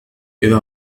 إذا